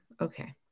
okay